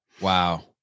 Wow